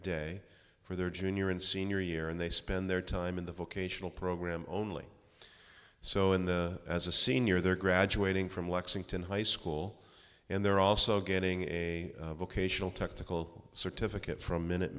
day for their junior and senior year and they spend their time in the vocational program only so in the as a senior they're graduating from lexington high school and they're also getting a vocational technical certificate from minute